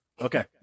Okay